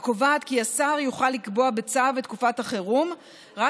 הקובעת כי השר יוכל לקבוע בצו את תקופת החירום רק